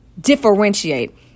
differentiate